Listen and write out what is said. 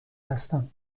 هستم